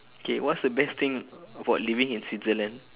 K what's the best thing about living in switzerland